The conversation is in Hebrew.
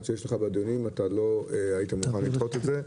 שיש לך בדיונים אתה לא היית מוכן לדחות את זה.